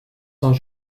sans